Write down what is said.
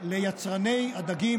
ליצרני הדגים,